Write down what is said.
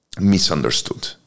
misunderstood